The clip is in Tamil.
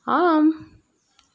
ஆம்